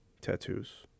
tattoos